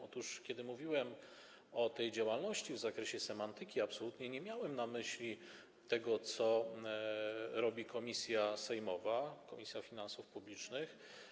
Otóż kiedy mówiłem o tej działalności w zakresie semantyki, absolutnie nie miałem na myśli tego, co robi komisja sejmowa, Komisja Finansów Publicznych.